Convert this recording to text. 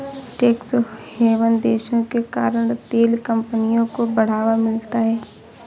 tax haven देशों के कारण तेल कंपनियों को बढ़ावा मिलता है